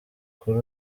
kuri